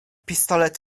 pistolet